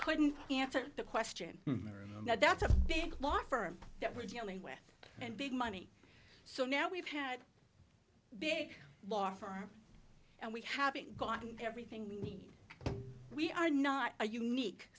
couldn't answer the question that's a big law firm that we're dealing with and big money so now we've had big law firms and we having gotten everything we need we are not a unique